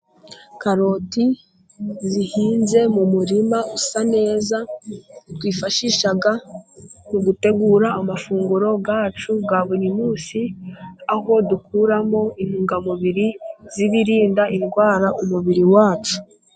Karoti zihinze mu murima usa neza, twifashisha mu gutegura amafunguro yacu ya buri munsi ,aho dukuramo intungamubiri z'ibirinda indwara umubiri wacu.